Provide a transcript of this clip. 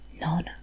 None